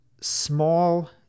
small